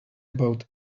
about